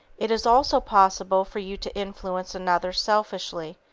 it is also possible for you to influence another selfishly,